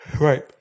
Right